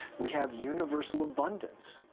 we have universal abundance!